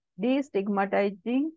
destigmatizing